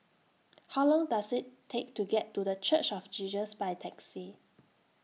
How Long Does IT Take to get to The Church of Jesus By Taxi